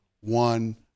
one